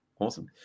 Awesome